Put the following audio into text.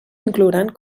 inclouran